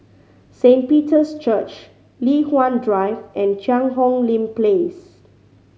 Saint Peter's Church Li Hwan Drive and Cheang Hong Lim Place